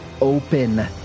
open